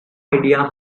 idea